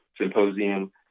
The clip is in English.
symposium